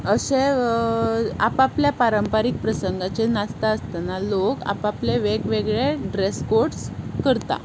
अशें आपआपल्या पारंपारीक प्रसंगाचेर नाचता आसतना लोक आपआपले वेगवेगळे ड्रॅस कोड्स करता